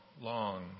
long